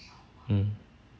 mm